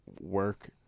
work